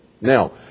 Now